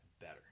better